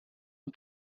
und